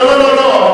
לא, לא,